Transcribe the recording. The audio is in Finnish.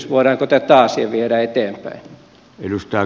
voidaanko tätä asiaa viedä eteenpäin